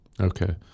okay